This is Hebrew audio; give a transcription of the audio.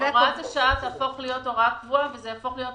הוראת השעה תהפוך להיות הוראה קבועה וזה יהפוך להיות